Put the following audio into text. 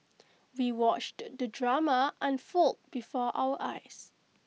we watched the drama unfold before our eyes